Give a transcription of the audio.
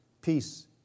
peace